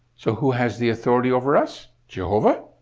so who has the authority over us? jehovah?